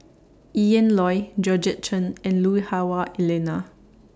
Ian Loy Georgette Chen and Lui Hah Wah Elena